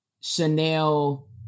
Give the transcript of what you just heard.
Chanel